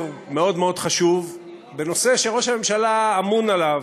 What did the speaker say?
מאוד מאוד חשוב בנושא שראש הממשלה אמון עליו,